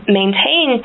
maintain